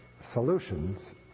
solutions